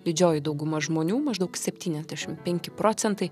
didžioji dauguma žmonių maždaug septyniadešim penki procentai